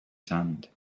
sand